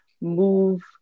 move